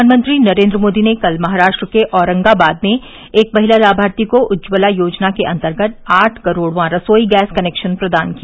प्रधानमंत्री नरेन्द्र मोदी ने कल महाराष्ट्र के औरंगाबाद में एक महिला लामार्थी को उज्जवला योजना के अन्तर्गत आठ करोड़वां रसोई गैस कनेक्रान प्रदान किया